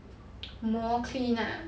磨 clean lah